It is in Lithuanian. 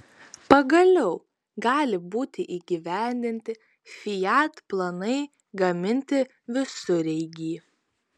pagaliau gali būti įgyvendinti fiat planai gaminti visureigį